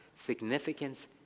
significance